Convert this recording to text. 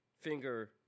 finger